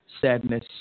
sadness